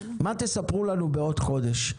מה תספרו לנו בעוד חודש?